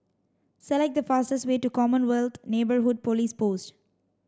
select the fastest way to Commonwealth Neighbourhood Police Post